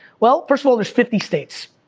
well first of all, there's fifty states.